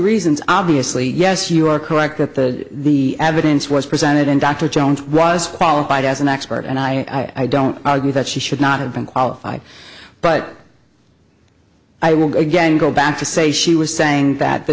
reasons obviously yes you are correct that the the evidence was presented in dr jones was qualified as an expert and i don't argue that she should not have been qualified but i will again go back to say she was saying that the